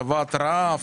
ששבת רעב,